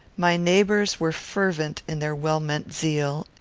my neighbours were fervent in their well-meant zeal,